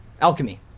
alchemy